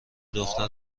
دختر